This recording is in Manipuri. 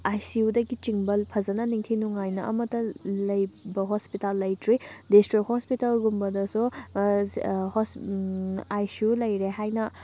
ꯑꯥꯏ ꯁꯤ ꯌꯨꯗꯒꯤ ꯆꯤꯡꯕ ꯐꯖꯅ ꯅꯤꯡꯊꯤ ꯅꯨꯡꯉꯥꯏꯅ ꯑꯃꯇ ꯂꯩꯕ ꯍꯣꯁꯄꯤꯇꯥꯜ ꯂꯩꯇ꯭ꯔꯤ ꯗꯤꯁꯇ꯭ꯔꯤꯛ ꯍꯣꯁꯄꯤꯇꯥꯜ ꯒꯨꯝꯕꯗꯁꯨ ꯑꯥꯏ ꯁꯤ ꯌꯨ ꯂꯩꯔꯦ ꯍꯥꯏꯅ